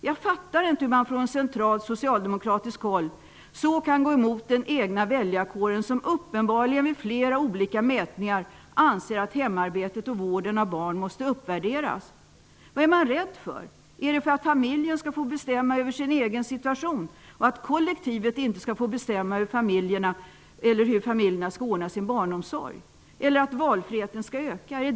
Jag fattar inte hur man från centralt socialdemokratiskt håll så kan gå emot den egna väljarkåren, vilken vid flera olika mätningar uppenbarligen har ansett att hemarbetet och vården av barn måste uppvärderas. Vad är man rädd för? Är man rädd för att familjen skall få bestämma över sin egen situation och att kollektivet inte skall få bestämma hur familjerna skall ordna sin barnomsorg? Eller är man rädd för att valfriheten skall öka?